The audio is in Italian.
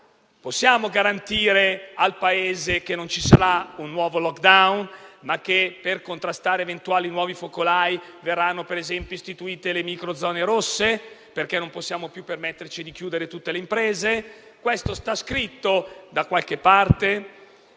Possiamo garantire al Paese che non ci sarà un nuovo *lockdown* e che, per contrastare eventuali nuovi focolai verranno, ad esempio, istituite le microzone rosse, perché non possiamo più permetterci di chiudere tutte le imprese? Questo sta scritto da qualche parte?